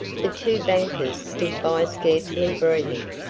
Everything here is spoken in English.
the two bankers stood by scarcely breathing.